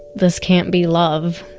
this can't be love